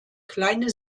kleine